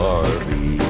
Barbie